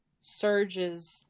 Surge's